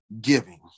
giving